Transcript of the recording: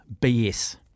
BS